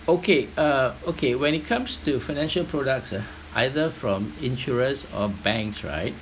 okay uh okay when it comes to financial products ah either from insurance or banks right